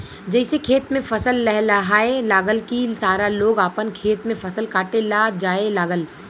जइसे खेत में फसल लहलहाए लागल की सारा लोग आपन खेत में फसल काटे ला जाए लागल